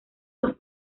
los